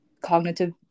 cognitive